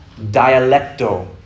dialecto